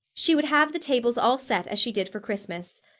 she would have the tables all set as she did for christmas.